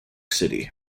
city